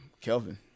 Kelvin